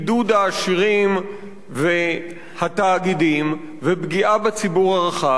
העשירים והתאגידים ופגיעה בציבור הרחב,